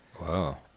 Wow